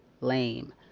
lame